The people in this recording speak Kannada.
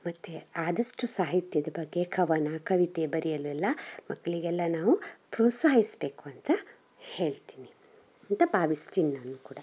ಮತ್ತು ಆದಷ್ಟು ಸಾಹಿತ್ಯದ ಬಗ್ಗೆ ಕವನ ಕವಿತೆ ಬರೆಯಲು ಎಲ್ಲ ಮಕ್ಕಳಿಗೆಲ್ಲ ನಾವು ಪ್ರೋತ್ಸಾಹಿಸಬೇಕು ಅಂತ ಹೇಳ್ತೀನಿ ಅಂತ ಭಾವಿಸ್ತೀನ್ ನಾನು ಕೂಡ